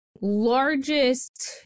largest